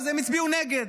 אז הם הצביעו נגד.